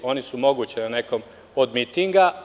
Oni su moguće na nekom od mitinga.